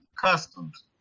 customs